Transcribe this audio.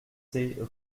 rue